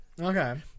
Okay